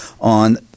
on